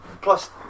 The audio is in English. Plus